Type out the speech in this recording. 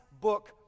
book